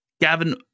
Gavin